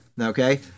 Okay